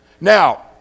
Now